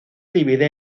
divide